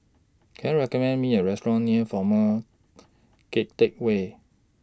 Can YOU recommend Me A Restaurant near Former Keng Teck Whay